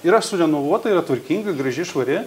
yra surenovuota yra tvarkinga graži švari